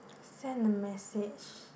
send a message